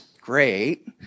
great